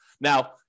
Now